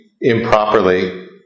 improperly